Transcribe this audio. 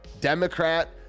Democrat